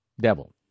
devil